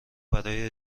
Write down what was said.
برای